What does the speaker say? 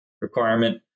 requirement